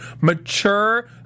Mature